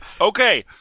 Okay